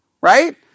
right